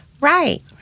Right